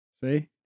See